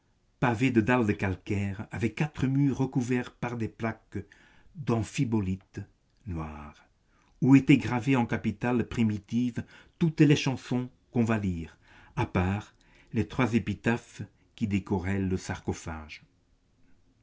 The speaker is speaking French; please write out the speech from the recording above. pavé de dalles de calcaire avait quatre murs recouverts par des plaques d'amphibolite noire où étaient gravées en capitales primitives toutes les chansons qu'on va lire à part les trois épitaphes qui décoraient le sarcophage